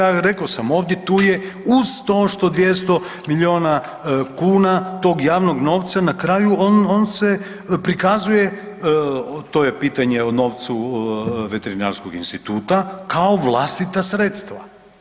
A reko sam ovdje, tu je uz to što 200 milijuna kuna tog javnog novca na kraju, on, on se prikazuje, to je pitanje o novcu Veterinarskog instituta, kao vlastita sredstva.